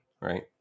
Right